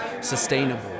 sustainable